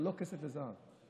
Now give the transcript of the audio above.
אבל לא כסף וזהב.